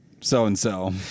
so-and-so